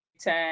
Ten